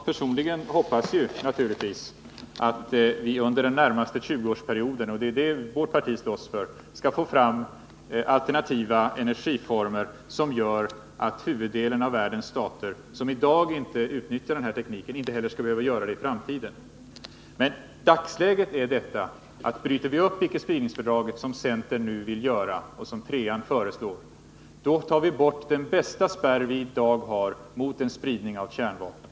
Personligen hoppas jag naturligtvis att vi under den närmaste tjugoårsperioden — det är ju den tid som vårt parti slåss för — skall kunna ta fram alternativa energiformer som gör att huvuddelen av världens stater — som i dag inte utnyttjar den här tekniken — inte heller skall behöva göra det i framtiden. Dagsläget är detta att bryter vi upp icke-spridningsfördraget — vilket centern nu vill göra och som linje 3 föreslår — då tar vi bort den bästa spärr vi i dag har mot en spridning av kärnvapen.